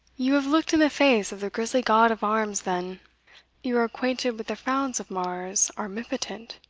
you have looked in the face of the grisly god of arms then you are acquainted with the frowns of mars armipotent?